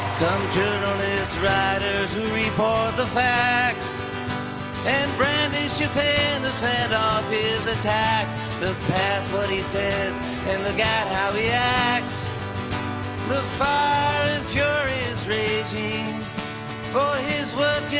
come journalists, writers who report the facts and brandish your pen to fend off his attacks look past what he says and look at how he acts the fire and fury is raging for his words